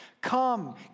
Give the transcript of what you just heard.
come